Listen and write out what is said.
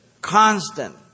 constant